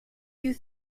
you